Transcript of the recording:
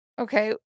Okay